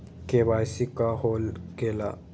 KYC का हो के ला?